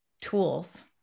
tools